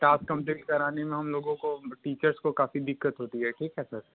task complete कराने में हम लोगों को टीचर्स को काफ़ी दिक्कत होती है ठीक है सर